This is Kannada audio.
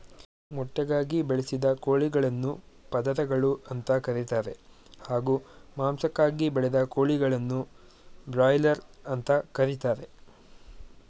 ಮೊಟ್ಟೆಗಾಗಿ ಬೆಳೆಸಿದ ಕೋಳಿಗಳನ್ನು ಪದರಗಳು ಅಂತ ಕರೀತಾರೆ ಹಾಗೂ ಮಾಂಸಕ್ಕಾಗಿ ಬೆಳೆದ ಕೋಳಿಗಳನ್ನು ಬ್ರಾಯ್ಲರ್ ಅಂತ ಕರೀತಾರೆ